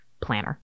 planner